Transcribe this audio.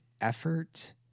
effort